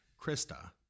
Krista